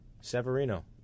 Severino